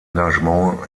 engagement